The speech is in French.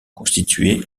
constituée